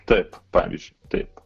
taip pavyzdžiui taip